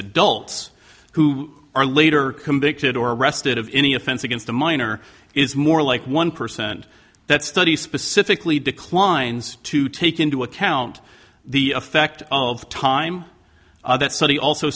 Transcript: adults who are later convicted or arrested of any offense against a minor is more like one percent that study specifically declines to take into account the effect of time that study also